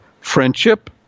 friendship